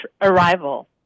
arrival